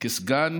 כסגן